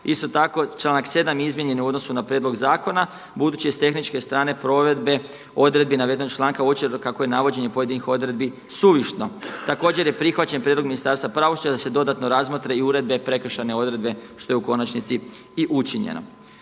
Isto tako, članak 7. je izmijenjen u odnosu na prijedlog zakona. Budući je s tehničke strane provedbe odredbi navedenog članka uočeno kako je navođenje pojedinih odredbi suvišno. Također je prihvaćen prijedlog Ministarstva pravosuđa da se dodatno razmotre i uredbe, prekršajne odredbe što je u konačnici i učinjeno.